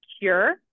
cure